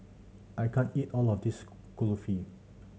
I can't eat all of this Kulfi